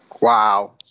Wow